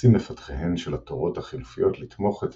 מנסים מפתחיהן של התורות החילופיות לתמוך את